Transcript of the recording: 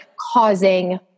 causing